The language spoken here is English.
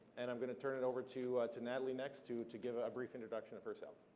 and i'm gonna turn it over to to natalie next to to give a brief introduction of herself.